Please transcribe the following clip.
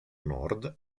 nord